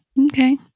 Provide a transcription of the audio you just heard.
Okay